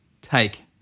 take